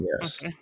yes